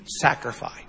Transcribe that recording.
sacrifice